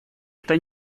это